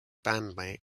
bandmate